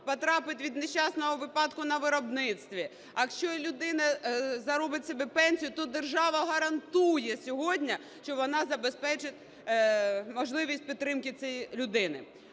потрапить від нещасного випадку на виробництві, якщо людина заробить собі пенсію, то держава гарантує сьогодні, що вона забезпечить можливість підтримки цієї людини.